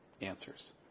answers